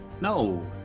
No